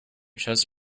chess